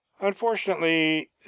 Unfortunately